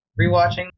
rewatching